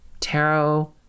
tarot